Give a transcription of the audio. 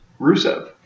Rusev